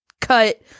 cut